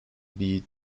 bede